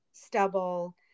stubble